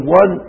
one